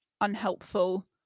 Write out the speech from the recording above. unhelpful